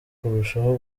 kurushaho